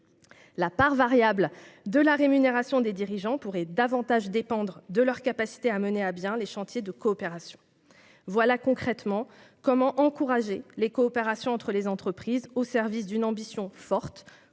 La part variable de la rémunération des dirigeants pourrait par ailleurs davantage dépendre de leur capacité à mener à bien les chantiers de coopération. Voilà, concrètement, comment encourager les coopérations entre les entreprises au service d'une ambition forte